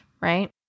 right